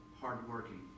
hardworking